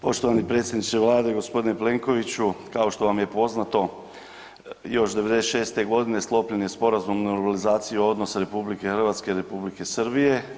Poštovani predsjedniče Vlade, gospodine Plenkoviću kao što vam je poznato još '96. godine sklopljen je sporazum o realizaciji odnosa RH i Republike Srbije.